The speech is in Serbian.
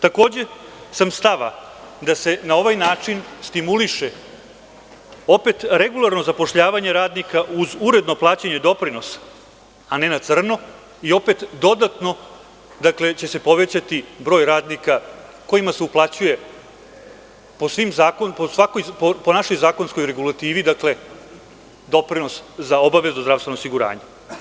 Takođe sam stava da se na ovaj način stimuliše opet regularno zapošljavanje radnika uz uredno plaćanje doprinosa, a ne na crno, i opet dodatno će se povećati broj radnika kojima se uplaćuje po našoj zakonskoj regulativi doprinos za obavezno zdravstveno osiguranje.